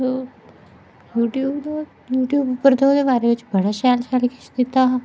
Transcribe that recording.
ओह् YouTube YouTube पर ओह्दे बारे च बड़ा शैल शैल किश दित्ते दा हा